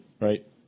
right